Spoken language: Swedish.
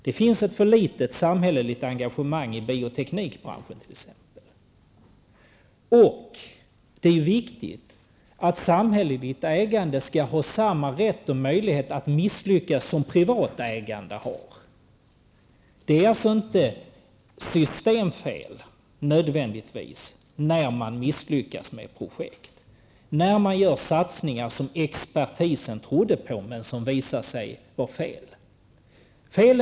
Det finns t.ex. för litet samhälleligt engagemang i bioteknikbranschen. Det är viktigt att samhälleligt ägande skall ha samma rätt att misslyckas som privat ägande har. Det är alltså inte nödvändigtvis uttryck för systemfel när man misslyckas med projekt eller när man gör satsningar som expertisen trodde på men som visar sig vara felaktiga.